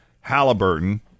Halliburton